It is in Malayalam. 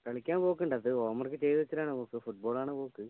കളിയ്ക്കാൻ പോക്കുണ്ട് അത് ഹോംവർക്ക് ചെയ്ത് വച്ചിട്ടാണ് പോക്ക് ഫുട്ബോൾ ആണ് പോക്ക്